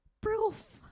proof